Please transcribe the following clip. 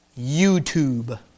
YouTube